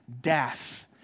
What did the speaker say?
Death